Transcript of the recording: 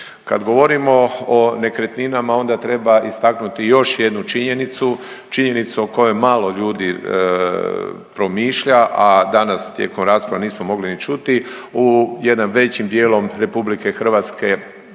Kad govorimo o nekretninama onda treba istaknuti još jednu činjenicu, činjenicu o kojoj malo ljudi promišlja, a danas tijekom rasprave nismo mogli ni čuti u jedan većim dijelom RH nesređen